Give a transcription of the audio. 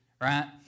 right